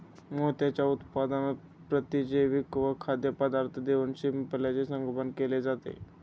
मोत्यांच्या उत्पादनात प्रतिजैविके व खाद्यपदार्थ देऊन शिंपल्याचे संगोपन केले जाते